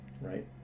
right